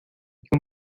que